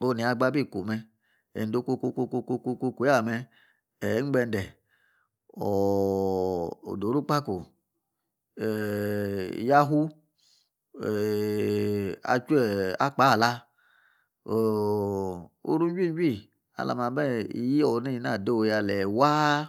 oni yabka abikume ende okukukuea meh igbende, ododu kpa ke yafu achu akpa-la oru juii. juii ak mbe iyi ena adoo'ya waa